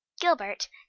gilbert